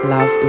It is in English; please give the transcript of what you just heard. Love